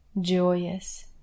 joyous